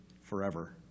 Forever